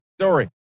Story